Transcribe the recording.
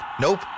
nope